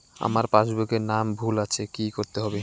আমার পাসবুকে নাম ভুল আছে কি করতে হবে?